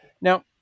Now